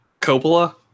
Coppola